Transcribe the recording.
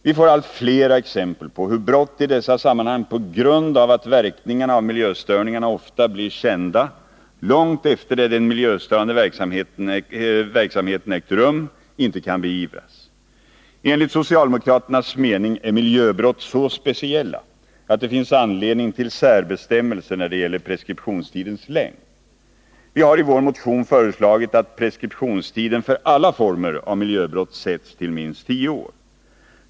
Vi får allt fler exempel på hur brott i dessa sammanhang inte kan beivras på grund av att verkningarna av miljöstörningarna ofta blir kända långt efter det att den miljöstörande verksamheten ägt rum. Enligt socialdemokraternas mening är miljöbrott så speciella att det finns anledning till särbestämmelser när det gäller preskriptionstidens längd. Vi har i vår motion föreslagit att preskriptionstiden för alla former av miljöbrott sätts till minst tio år.